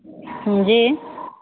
जी